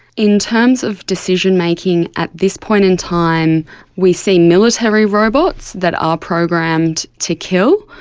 in terms of decision-making, at this point in time we see military robots that are programmed to kill.